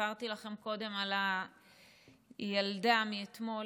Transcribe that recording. סיפרתי לכם קודם על הילדה מאתמול,